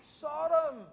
Sodom